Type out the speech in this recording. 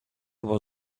was